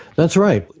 that's right.